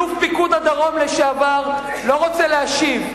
אלוף פיקוד הדרום לשעבר לא רוצה להשיב.